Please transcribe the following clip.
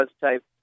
type